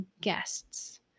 guests